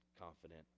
confident